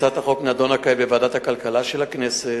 הצעת החוק נדונה כעת בוועדת הכלכלה של הכנסת,